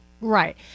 Right